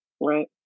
right